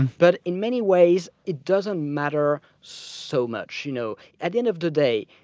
but in many ways it doesn't matter so much. you know, at the end of the day,